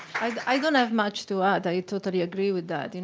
i don't have much to add, i totally agree with that.